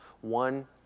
One